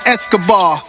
Escobar